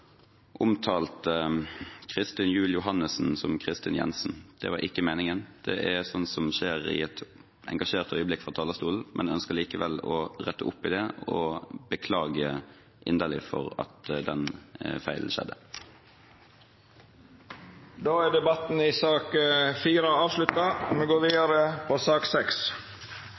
omtalte Kristin Juel Johannessen som Kristin Jensen. Det var ikke meningen, det er slikt som skjer i et engasjert øyeblikk fra talerstolen. Jeg ønsker likevel å rette det opp og beklage inderlig at den feilen skjedde. Fleire har ikke bedt om ordet til sak